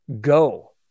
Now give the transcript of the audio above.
go